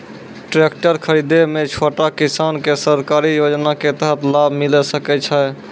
Tractor खरीदै मे छोटो किसान के सरकारी योजना के तहत लाभ मिलै सकै छै?